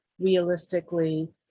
realistically